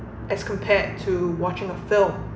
as compared to watching a film